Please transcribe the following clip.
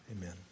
Amen